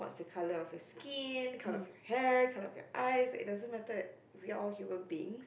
colour of your skin colour of your hair colour of your eyes it doesn't matter we're all human being